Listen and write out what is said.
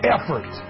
Effort